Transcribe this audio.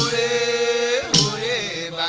a a